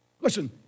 Listen